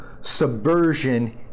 subversion